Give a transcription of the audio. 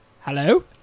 Hello